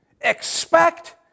Expect